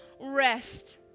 rest